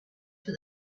for